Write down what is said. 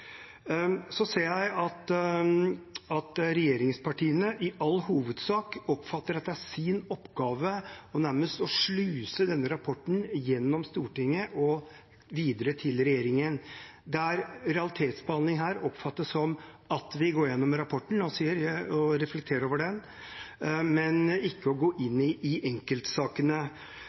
Jeg ser at regjeringspartiene i all hovedsak oppfatter at det er deres oppgave nærmest å sluse denne rapporten gjennom Stortinget og videre til regjeringen. Realitetsbehandlingen her oppfattes som at vi går gjennom rapporten og reflekterer over den, men ikke går inn i enkeltsakene.